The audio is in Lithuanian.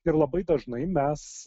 ir labai dažnai mes